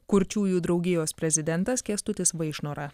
kurčiųjų draugijos prezidentas kęstutis vaišnora